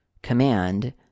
command